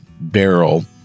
barrel